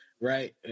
right